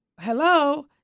Hello